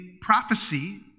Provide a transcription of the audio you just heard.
prophecy